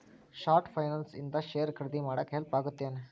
short finance ಇಂದ share ಖರೇದಿ ಮಾಡಾಕ ಹೆಲ್ಪ್ ಆಗತ್ತೇನ್